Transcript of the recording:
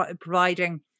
providing